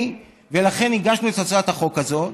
ולכן הגשנו את הצעת החוק הזאת.